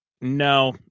no